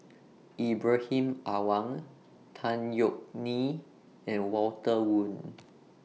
Ibrahim Awang Tan Yeok Nee and Walter Woon